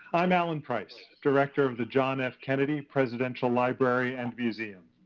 i'm alan price, director of the john f. kennedy presidential library and museum.